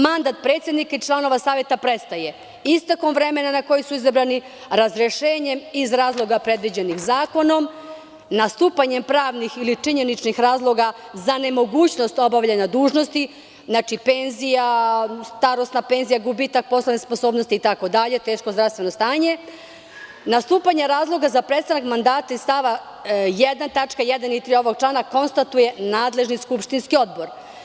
Mandat predsednika i članova Saveta prestaje istekom vremena na koje su izabrani razrešenjem iz razloga predviđenim zakonom, nastupanjem pravnih ili činjeničnih razloga za nemogućnost obavljanja dužnosti, znači penzija, starosna penzija, gubitak poslovne sposobnosti, teško zdravstveno stanje, nastupanje razloga za prestanak mandata iz stava 1. tačka 1. i 3. ovog člana konstatuje nadležni skupštinski odbor.